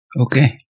okay